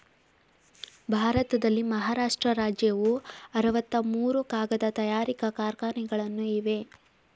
ಭಾರತದಲ್ಲಿ ಮಹಾರಾಷ್ಟ್ರ ರಾಜ್ಯವು ಅರವತ್ತ ಮೂರು ಕಾಗದ ತಯಾರಿಕಾ ಕಾರ್ಖಾನೆಗಳನ್ನು ಇವೆ